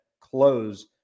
close